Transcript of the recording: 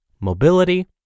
mobility